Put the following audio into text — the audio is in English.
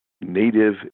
native